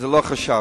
אל חשש.